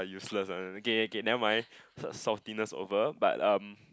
useless uh okay okay never mind saltiness over but um